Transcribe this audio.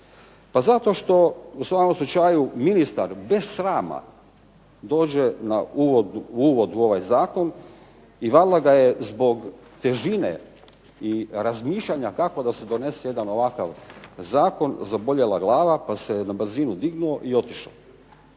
Pa zato što u svakom slučaju ministar bez srama dođe na uvod u ovaj zakon i valjda ga je bez težine i razmišljanja kako da se donese jedan ovakav zakon, zaboljela glava pa se na brzinu dignuo i otišao.